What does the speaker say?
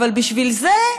אבל בשביל זה,